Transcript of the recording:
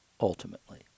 ultimately